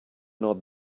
not